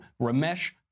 Ramesh